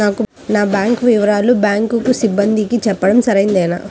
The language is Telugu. నా బ్యాంకు వివరాలను బ్యాంకు సిబ్బందికి చెప్పడం సరైందేనా?